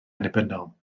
annibynnol